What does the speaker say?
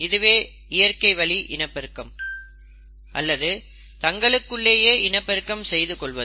இதுவே இயற்கை வழி இனப்பெருக்கம் அல்லது தங்களுக்குள்ளேயே இனப்பெருக்கம் செய்து கொள்வது